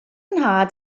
nhad